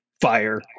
fire